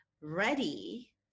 ready